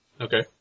Okay